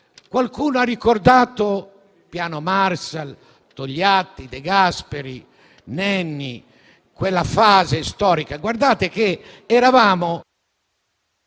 Qualcuno ha ricordato il Piano Marshall, Togliatti, De Gasperi, Nenni, quella fase storica. Guardate che ci trovavamo